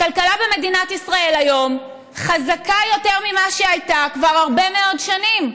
הכלכלה במדינת ישראל היום חזקה יותר ממה שהיא הייתה כבר הרבה מאוד שנים.